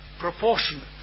proportionate